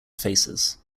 faces